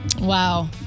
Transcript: Wow